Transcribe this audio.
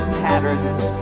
patterns